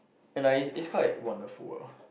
and like it's it's quite wonderful lah